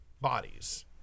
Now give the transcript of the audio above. bodies